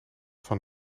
van